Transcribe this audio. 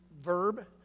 verb